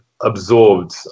absorbed